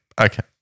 Okay